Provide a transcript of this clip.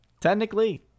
Technically